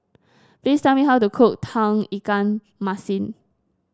please tell me how to cook Tauge Ikan Masin